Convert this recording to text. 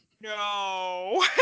No